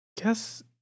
guess